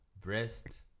breast